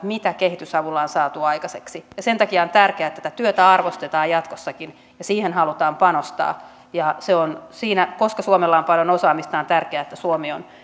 mitä kehitysavulla on saatu aikaiseksi ja sen takia on tärkeää että tätä työtä arvostetaan jatkossakin ja siihen halutaan panostaa se on siinä koska suomella on paljon osaamista on tärkeää että suomi on